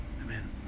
Amen